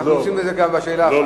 אנחנו עושים את זה בשאלה אחת.